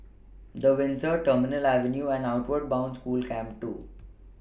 The Windsor Terminal Avenue and Outward Bound School Camp two